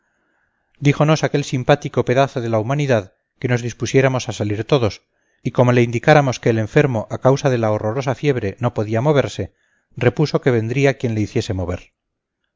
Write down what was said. nada bueno díjonos aquel simpático pedazo de la humanidad que nos dispusiéramos a salir todos y como le indicáramos que el enfermo a causa de la horrorosa fiebre no podía moverse repuso que vendría quien le hiciese mover